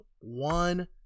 one